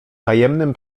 tajemnym